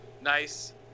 Nice